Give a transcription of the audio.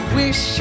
wish